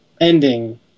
ending